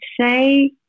say